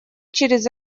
через